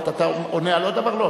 אתה עונה על עוד דבר?